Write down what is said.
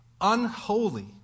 unholy